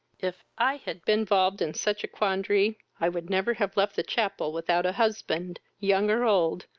if i had been volved in such a quandrary, i would never have left the chapel without a husband, young or old,